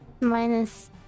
minus